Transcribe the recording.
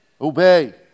obey